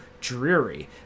dreary